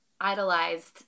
idolized